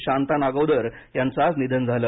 शांतानागौदर यांचं आज निधन झालं